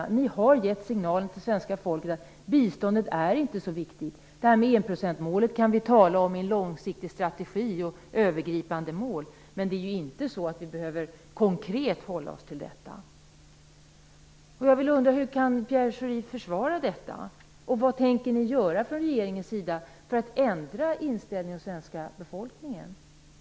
Ni i regeringen har gett signalen till svenska folket att biståndet inte är så viktigt, att enprocentsmålet kan vi tala om i en långsiktig strategi och som ett övergripande mål men att vi inte konkret behöver hålla oss till detta. Jag undrar hur Pierre Schori kan försvara detta. Vad tänker ni göra från regeringens sida för att ändra inställningen hos den svenska befolkningen?